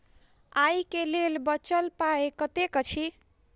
आइ केँ लेल बचल पाय कतेक अछि?